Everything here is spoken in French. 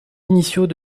initiaux